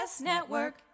network